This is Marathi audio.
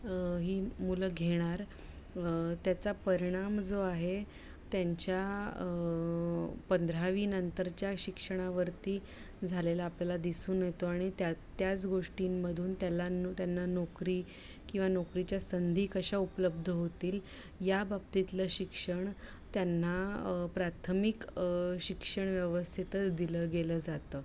ही मुलं घेणार त्याचा परिणाम जो आहे त्यांच्या पंधरावी नंतरच्या शिक्षणावरती झालेला आपल्याला दिसून येतो आणि त्या त्याच गोष्टींमधून त्याला न त्यांना नोकरी किंवा नोकरीच्या संधी कशा उपलब्ध होतील या बाबतीतलं शिक्षण त्यांना प्राथमिक शिक्षण व्यवस्थितच दिलं गेलं जातं